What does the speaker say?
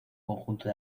conjunto